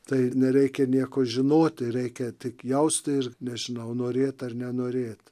tai ir nereikia nieko žinoti reikia tik jausti ir nežinau norėt ar nenorėt